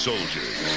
Soldiers